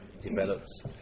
develops